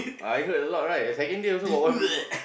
I heard a lot right the second day also got one people